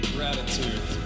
Gratitude